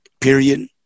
period